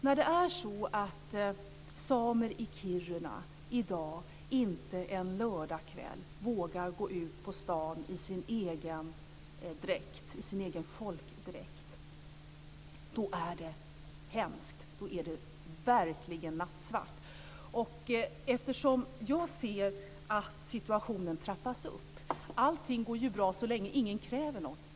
När samer i Kiruna i dag inte vågar gå ut på stan en lördagskväll i sin egen folkdräkt, då är det hemskt. Då är det verkligen nattsvart. Jag ser att situationen trappas upp. Allting går ju bra så länge ingen kräver något.